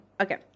Okay